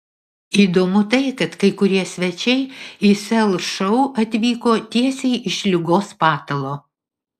įdomu tai kad kai kurie svečiai į sel šou atvyko tiesiai iš ligos patalo